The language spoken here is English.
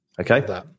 okay